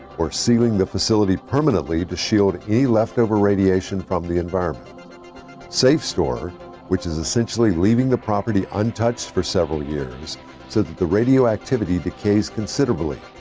or sealing the facility permanently to shield any leftover radiation from the environment safstor, which is essentially leaving the property untouched for several years so that radioactivity decays considerably,